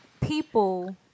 people